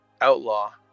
Outlaw